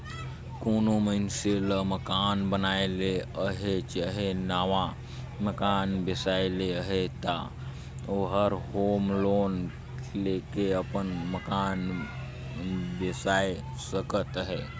कोनो मइनसे ल मकान बनाए ले अहे चहे नावा मकान बेसाए ले अहे ता ओहर होम लोन लेके अपन मकान बेसाए सकत अहे